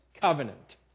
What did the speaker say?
covenant